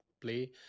play